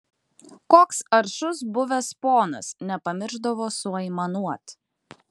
koks aršus buvęs ponas nepamiršdavo suaimanuot